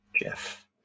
Jeff